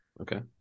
Okay